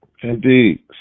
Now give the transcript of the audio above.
Indeed